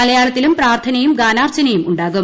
മലയാളത്തിലും പ്രാർത്ഥനയും ഗാനാർച്ചനയും ഉണ്ടാകും